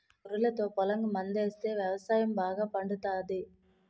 గొర్రెలతో పొలంకి మందాస్తే వ్యవసాయం బాగా పండుతాది